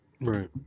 Right